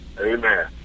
Amen